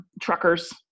truckers